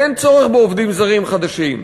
אין צורך בעובדים זרים חדשים.